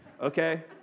okay